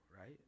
right